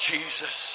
Jesus